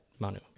Manu